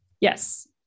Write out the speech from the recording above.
yes